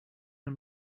and